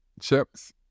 chips